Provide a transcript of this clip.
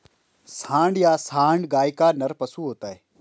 सांड या साँड़ गाय का नर पशु होता है